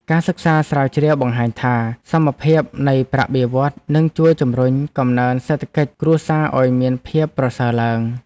ការសិក្សាស្រាវជ្រាវបង្ហាញថា សមភាពនៃប្រាក់បៀវត្សរ៍នឹងជួយជម្រុញកំណើនសេដ្ឋកិច្ចគ្រួសារឱ្យមានភាពប្រសើរឡើង។